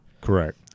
Correct